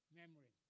memory